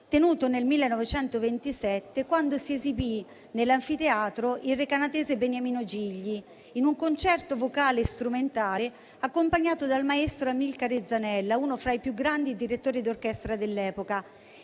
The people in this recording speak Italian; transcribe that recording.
tenuto nel 1927, quando si esibì nell'anfiteatro il recanatese Beniamino Gigli, in un concerto vocale e strumentale accompagnato dal maestro Amilcare Zanella, uno fra i più grandi direttori d'orchestra dell'epoca.